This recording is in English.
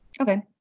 Okay